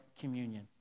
communion